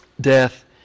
death